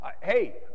hey